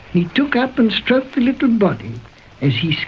he took up and stroked the little body as he